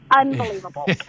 unbelievable